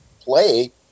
play